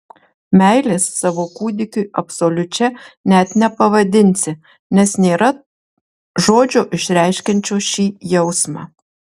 meilės savo kūdikiui absoliučia net nepavadinsi nes nėra žodžio išreiškiančio šį jausmą